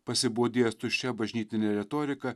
pasibodėjęs tuščia bažnytine retorika